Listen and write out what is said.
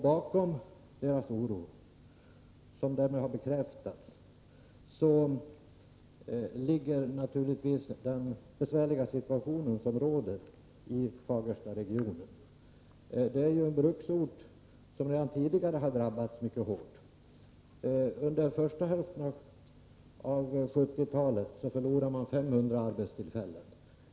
Bakom deras oro ligger naturligtvis den besvärliga situation som råder i Fagerstaregionen. Det är en bruksort som redan tidigare drabbats mycket hårt. Under den första hälften av 1970-talet förlorade man 500 arbetstillfällen.